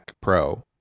Pro